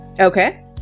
Okay